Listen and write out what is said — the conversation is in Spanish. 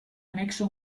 anexo